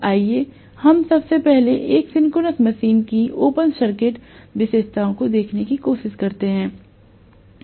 आइए हम सबसे पहलेएक सिंक्रोनस मशीन की ओपन सर्किट विशेषताओं को देखने की कोशिश करते हैं